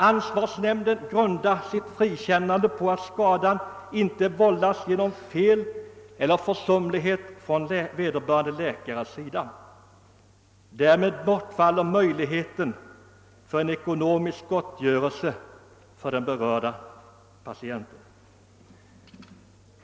Ansvarsnämnden grundar sitt frikännande på att skadan inte vållas genom fel eller försumlighet från vederbörande läkares sida. Därmed bortfaller möjligheten till ekonomisk gottgörelse för den berörda patienten.